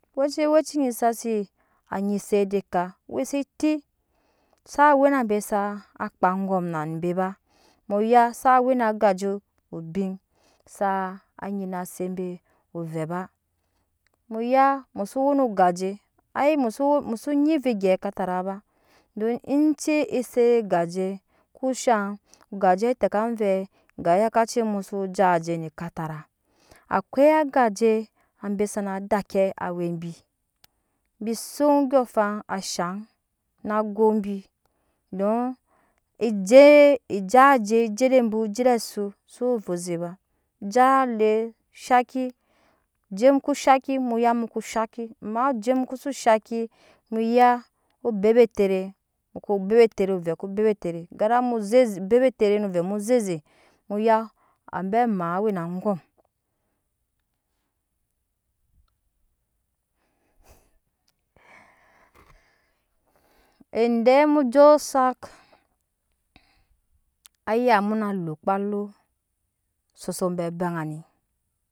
We ci sa si nyi eset de ka we se eti saa we na abe sa kpaa angom na be ba muya sa we na agaje obin saa nyina se be ovɛ ba muya muso we no ogaje mu su nyi ovigya katarai ba don ecei est gaje ko shaŋ gaje te kam vɛ ga yaka ci mu so sa je ne katara akoi agaje be sana dakki awɛ bibi shun ondyɔɔŋafan shaŋ na go bi don eje ejaje jede but ba de asu so we ovɛ ze ba jaa je shaki oje mu ko shaki muya mu ke shaki ama je mu koso shaki ba muya mu bebet tere mu ko bebet tere ovɛ ko bebet tere gara mu te bebet tere no ovɛ muu zeze muya abe amaa we na angon ede mujo osak aya mu na ukpa lo sese obai bɛ ŋani